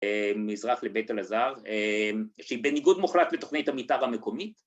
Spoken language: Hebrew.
‫מזרח לבית אלעזר, ‫שהיא בניגוד מוחלט ‫לתוכנית המיתאר המקומית.